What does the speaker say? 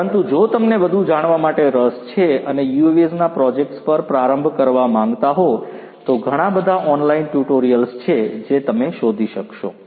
પરંતુ જો તમને વધુ જાણવા માટે રસ છે અને UAVs પ્રોજેક્ટ્સ પર પ્રારંભ કરવા માંગતા હો તો ઘણા બધા ઓનલાઇન ટ્યુટોરિયલ્સ છે જે તમે શોધી શકશો